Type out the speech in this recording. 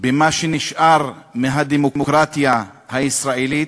במה שנשאר מהדמוקרטיה הישראלית.